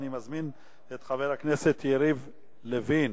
אני מזמין את חבר הכנסת יריב לוין.